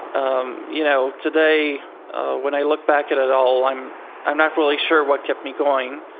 um you know, today when i look back at it all, i'm i'm not really sure what kept me going.